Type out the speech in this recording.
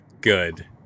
good